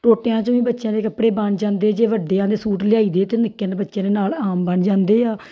ਟੋਟਿਆਂ 'ਚ ਵੀ ਬੱਚਿਆਂ ਦੇ ਕੱਪੜੇ ਬਣ ਜਾਂਦੇ ਜੇ ਵੱਡਿਆਂ ਦੇ ਸੂਟ ਲਿਆਈਦੇ ਤਾਂ ਨਿੱਕੇ ਨੇ ਬੱਚਿਆਂ ਦੇ ਨਾਲ ਆਮ ਬਣ ਜਾਂਦੇ ਆ